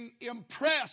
impressed